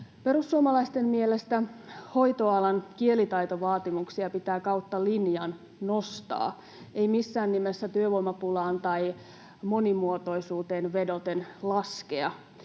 Perussuomalaisten mielestä hoitoalan kielitaitovaatimuksia pitää kautta linjan nostaa, ei missään nimessä työvoimapulaan tai monimuotoisuuteen vedoten laskea.